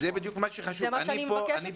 זה מה שאני מבקשת מכם.